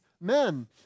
men